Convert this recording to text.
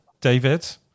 David